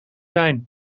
zijn